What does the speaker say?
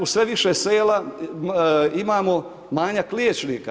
Uz sve više sela imamo manjak liječnika.